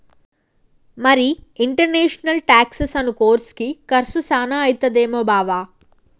మరి ఇంటర్నేషనల్ టాక్సెసను కోర్సుకి కర్సు సాన అయితదేమో బావా